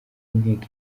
inteko